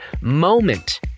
Moment